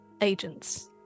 agents